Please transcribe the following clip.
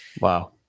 Wow